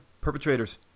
perpetrators